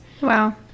Wow